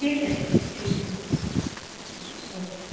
ठीक है ठीक है ठीक है ठीक है ओके